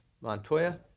Montoya